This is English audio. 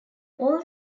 all